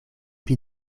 pli